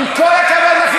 עם כל הכבוד לך,